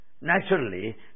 Naturally